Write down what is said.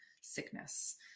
sickness